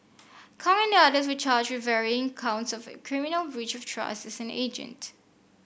Kong and the others were charged with varying counts of criminal breach of trust as an agent